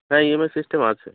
হ্যাঁ EMI system আছে